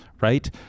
right